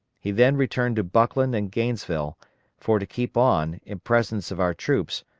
he then returned to buckland and gainesville for to keep on, in presence of our troops,